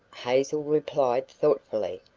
hazel replied thoughtfully.